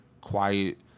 quiet